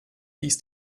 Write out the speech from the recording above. dies